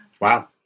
Wow